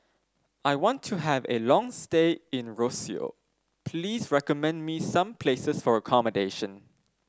I want to have a long stay in Roseau please recommend me some places for accommodation